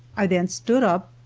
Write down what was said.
i then stood up,